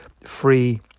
free